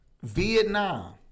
Vietnam